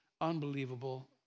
Unbelievable